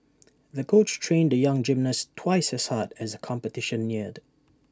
the coach trained the young gymnast twice as hard as the competition neared